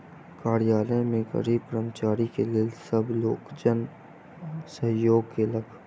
कार्यालय में गरीब कर्मचारी के लेल सब लोकजन सहयोग केलक